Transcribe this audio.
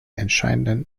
entscheidenden